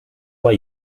why